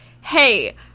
hey